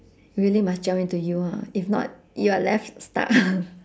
really must jump into U ah if not you are left stuck